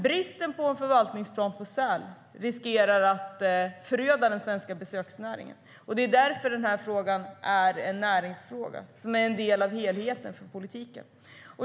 Bristen på en förvaltningsplan för säl riskerar dock att föröda den svenska besöksnäringen, och det är därför den här frågan är en näringsfråga som är en del av helheten för politiken.